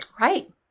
Right